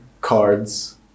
cards